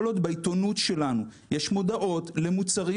כל עוד בעיתונות שלנו יש מודעות למוצרים,